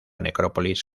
necrópolis